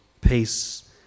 peace